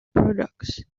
products